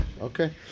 Okay